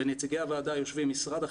בין נציגי הוועדה יושבים משרד החינוך,